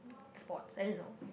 sports I don't know